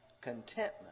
contentment